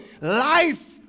life